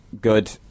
good